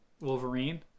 wolverine